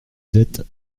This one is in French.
dette